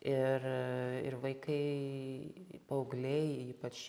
ir ir vaikai paaugliai ypač